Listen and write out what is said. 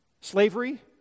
Slavery